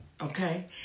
Okay